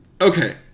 Okay